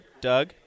Doug